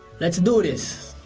let's do this